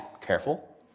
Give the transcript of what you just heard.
Careful